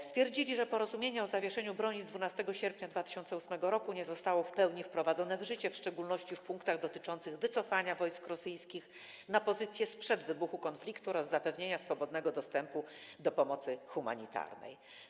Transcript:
Stwierdzili, że porozumienie o zawieszeniu broni z 12 sierpnia 2008 r. nie zostało w pełni wprowadzone w życie, w szczególności w zakresie punktów dotyczących wycofania wojsk rosyjskich na pozycje sprzed wybuchu konfliktu oraz zapewnienia swobodnego dostępu do pomocy humanitarnej.